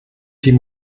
die